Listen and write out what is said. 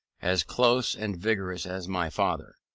as close and vigorous as my father.